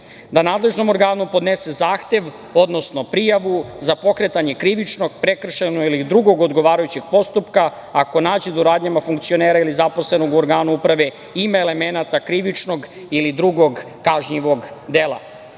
da nadležnom organu podnese zahtev, odnosno prijavu za pokretanje krivičnog, prekršajnog ili drugog odgovarajućeg postupka ako nađe da u radnjama funkcionera ili zaposlenog u organu uprave ima elemenata krivičnog ili drugog kažnjivog